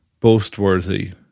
boastworthy